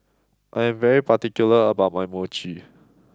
I am very particular about my Mochi